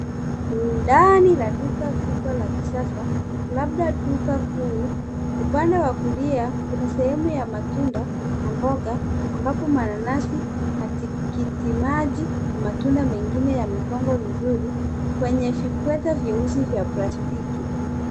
Ndani la duka kubwa la kisasa, labda duka kuu. Upande wa kulia kuna sehemu ya matunda na mboga ambapo mananasi, matikitimaji na matunda mengine yamepangwa vizuri kwenye vipwete vyeusi vywa plastiki.